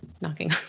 knocking